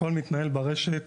הכול מתנהל ברשת,